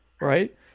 right